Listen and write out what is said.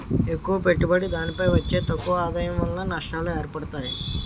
ఎక్కువ పెట్టుబడి దానిపై వచ్చే తక్కువ ఆదాయం వలన నష్టాలు ఏర్పడతాయి